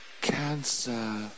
Cancer